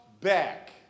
back